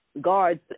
guards